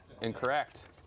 Incorrect